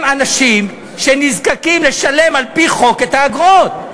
הם אנשים שנזקקים לשלם על-פי חוק את האגרות.